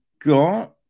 got